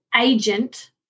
agent